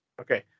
Okay